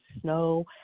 snow